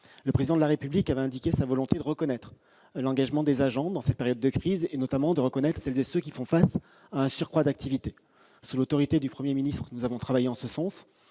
Le Président de la République avait indiqué sa volonté de reconnaître l'engagement des agents dans cette période de crise, notamment pour celles et ceux qui font face à un surcroît d'activité. Sous l'autorité du Premier ministre, nous avons travaillé en ce sens.